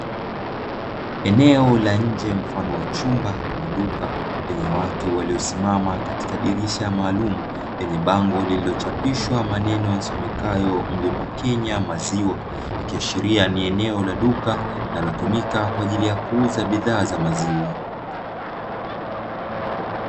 Eneo la nche mfano wa chumba ama duka likiwa na bango liloandikwa maziwa kinya ikiashiria ni duka linalohusika kuuza bidhaa za maziwa